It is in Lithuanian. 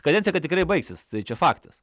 kadencija kad tikrai baigsis tai čia faktas